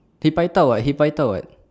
he paitao [what] he paitao [what]